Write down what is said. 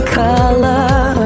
color